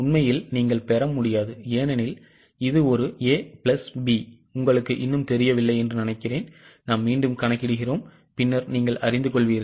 உண்மையில் நீங்கள் பெற முடியாது ஏனெனில் இது ஒரு A பிளஸ் B உங்களுக்கு இன்னும் தெரியவில்லை நாம் கணக்கிடுவோம் பின்னர் நீங்கள் அறிந்து கொள்வீர்கள்